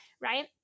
Right